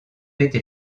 été